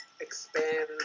expand